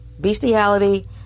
bestiality